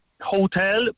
hotel